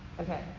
Okay